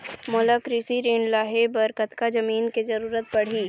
मोला कृषि ऋण लहे बर कतका जमीन के जरूरत पड़ही?